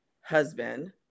husband